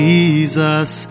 Jesus